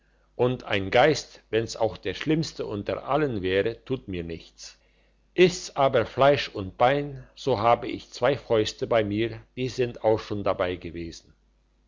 und ein geist wenn's auch der schlimmste unter allen wäre tut mir nichts ist's aber fleisch und bein so habe ich zwei fäuste bei mir die sind auch schon dabei gewesen